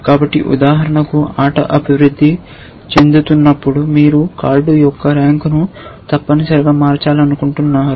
కాబట్టి ఉదాహరణకు ఆట అభివృద్ధి చెందుతున్నప్పుడు మీరు కార్డు యొక్క ర్యాంక్ను తప్పనిసరిగా మార్చాలనుకుంటున్నారు